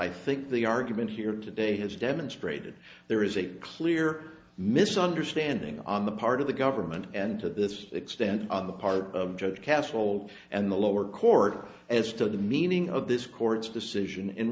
i think the argument here today has demonstrated there is a clear misunderstanding on the part of the government and to this extent on the part of judge castle and the lower court as to the meaning of this court's decision in